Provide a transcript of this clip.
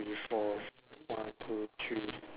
three four one two three